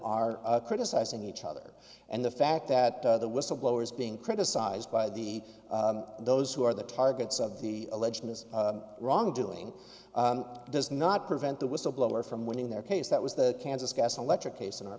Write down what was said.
are criticizing each other and the fact that the whistleblower is being criticized by the those who are the targets of the alleged wrongdoing does not prevent the whistleblower from winning their case that was the kansas gas electric case in our